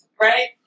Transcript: right